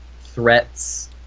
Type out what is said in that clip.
threats